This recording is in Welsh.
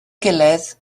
gilydd